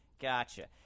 gotcha